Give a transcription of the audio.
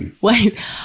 Wait